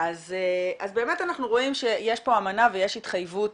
אז באמת אנחנו רואים שיש פה אמנה ויש התחייבות